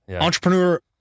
entrepreneur